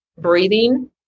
breathing